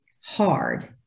hard